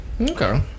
okay